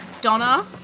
Donna